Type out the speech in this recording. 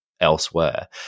elsewhere